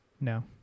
No